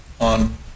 on